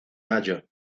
mayo